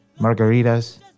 margaritas